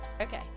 Okay